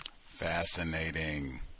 Fascinating